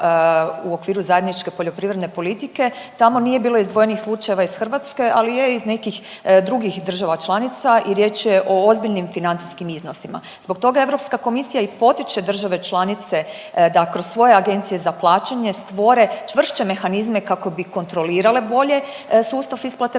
u okviru Zajedničke poljoprivredne politike, tamo nije bilo izdvojenih slučajeva iz Hrvatske, ali je iz nekih drugih država članica i riječ je o ozbiljnim financijskim iznosima. Zbog toga Europska komisija i potiče države članice da kroz svoje agencije za plaćanje stvore čvršće mehanizme kako bi kontrolirale bolje sustav isplate potpora